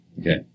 Okay